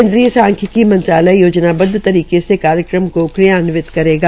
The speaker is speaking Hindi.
केन्द्रीय सांख्यिकी मंत्रालय योजनाबद्व तरीके से कार्यक्रम को क्रियान्वित करेगा